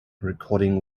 recording